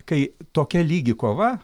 kai tokia lygi kova